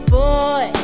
boy